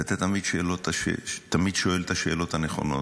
ואתה תמיד שואל את השאלות הנכונות,